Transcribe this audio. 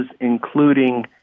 including